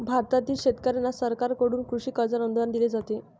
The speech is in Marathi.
भारतातील शेतकऱ्यांना सरकारकडून कृषी कर्जावर अनुदान दिले जाते